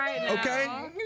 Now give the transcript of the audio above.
Okay